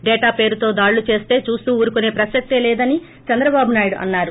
data పేరుతో దాడులు చేస్తే చూస్తూ ఊరుకొసే ప్రసక్తే లేదని చంద్రబాబు నాయుడు అన్నారు